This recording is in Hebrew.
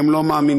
הם לא מאמינים,